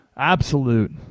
absolute